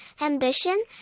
ambition